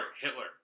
Hitler